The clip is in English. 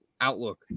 Outlook